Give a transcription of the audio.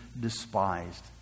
despised